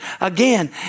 again